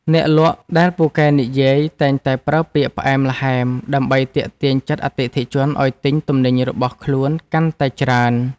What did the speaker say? អ្នកលក់ដែលពូកែនិយាយតែងតែប្រើពាក្យផ្អែមល្ហែមដើម្បីទាក់ទាញចិត្តអតិថិជនឱ្យទិញទំនិញរបស់ខ្លួនកាន់តែច្រើន។